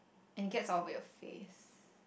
and it gets all over your face